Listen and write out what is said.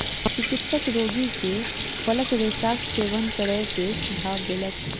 चिकित्सक रोगी के फलक रेशाक सेवन करै के सुझाव देलक